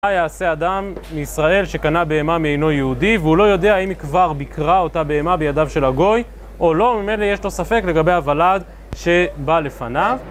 מה יעשה אדם מישראל שקנה בהמה מאינו יהודי, והוא לא יודע האם היא כבר ביקרה אותה בהמה בידיו של הגוי או לא, ממילא יש לו ספק לגבי הוולד שבא לפניו